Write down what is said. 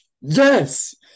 yes